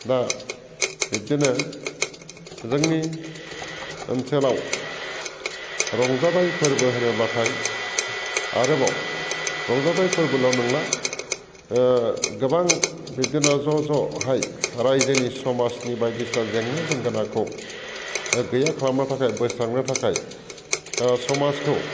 दा बिब्दिनो जोंनि ओनसोलाव रंजानाय फोरबो होनोब्लाथाय आरोबाव रंजाथाय फोरबोल' नंला गोबां बिब्दिनो ज' ज'हाय रायजोनि समाजनि बायदिसिना जेंना जेंगोनाखौ गैया खालामनो थाखाय बोस्रांनो थाखाय समाजखौ